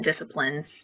disciplines